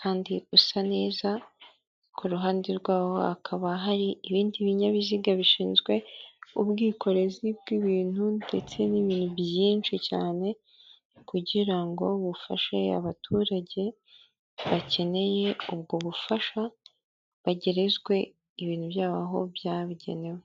kandi usa neza, ku ruhande rwawo hakaba hari ibindi binyabiziga bishinzwe ubwikorezi bw'ibintu ndetse n'ibintu byinshi cyane, kugirango bufashe abaturage bakeneye ubwo bufasha bagerezwe ibintu byabo aho byabugenewe.